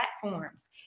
platforms